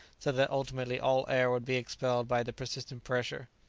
so that ultimately all air would be expelled by the persistent pressure.